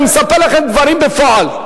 אני מספר לכם דברים בפועל.